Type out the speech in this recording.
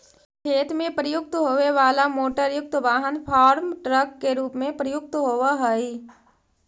खेत में प्रयुक्त होवे वाला मोटरयुक्त वाहन फार्म ट्रक के रूप में प्रयुक्त होवऽ हई